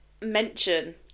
mention